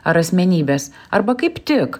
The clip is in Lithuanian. ar asmenybės arba kaip tik